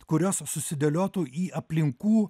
kurios susidėliotų į aplinkų